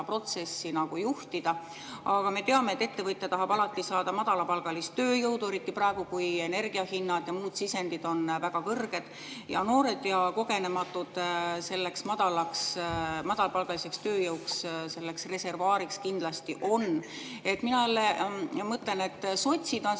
protsessi juhtida, aga me teame, et ettevõtja tahab alati saada madalapalgalist tööjõudu, eriti praegu, kui energiahinnad ja muud sisendid on väga kõrged, ja noored ja kogenematud selleks madalapalgaliseks tööjõuks, selleks reservaariks kindlasti on. Mina jälle mõtlen, et sotsid on